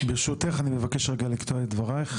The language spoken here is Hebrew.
ברשותך אני מבקש לקטוע את דברייך,